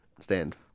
stand